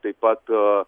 taip pat